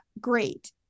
Great